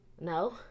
No